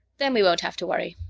then we won't have to worry.